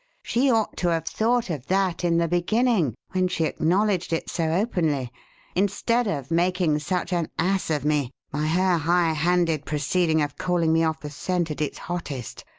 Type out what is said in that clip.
she ought to have thought of that in the beginning when she acknowledged it so openly instead of making such an ass of me by her high-handed proceeding of calling me off the scent at its hottest,